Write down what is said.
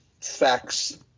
facts